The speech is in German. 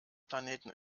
planeten